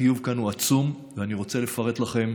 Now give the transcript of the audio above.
החיוב כאן הוא עצום, ואני רוצה לפרט לכם